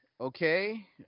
okay